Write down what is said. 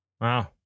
Wow